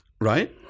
Right